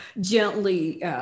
gently